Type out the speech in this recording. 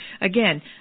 again